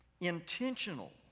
intentional